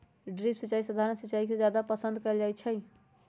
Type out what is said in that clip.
drip सिंचाई सधारण सिंचाई से जादे पसंद कएल जाई छई